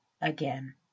again